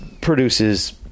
produces